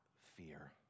fear